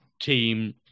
team